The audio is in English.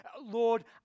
Lord